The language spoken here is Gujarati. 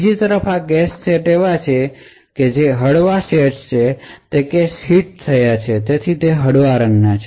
બીજી તરફ આ કેશ સેટ જેવા હળવા શેડ્સ છે તે કેશ હિટ થયા છે અને તેથી તે હળવા રંગ છે